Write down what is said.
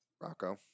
Rocco